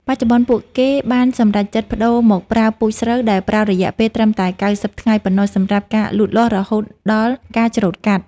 បច្ចុប្បន្ន ពួកគេបានសម្រេចចិត្តប្តូរមកប្រើពូជស្រូវដែលប្រើរយៈពេលត្រឹមតែ ៩០ ថ្ងៃប៉ុណ្ណោះសម្រាប់ការលូតលាស់រហូតដល់ការច្រូតកាត់។